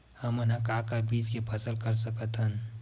हमन ह का का बीज के फसल कर सकत हन?